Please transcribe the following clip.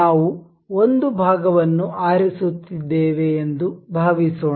ನಾವು ಒಂದು ಭಾಗವನ್ನು ಆರಿಸುತ್ತಿದ್ದೇವೆ ಎಂದು ಭಾವಿಸೋಣ